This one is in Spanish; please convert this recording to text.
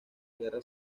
guerra